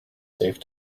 safe